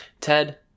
ted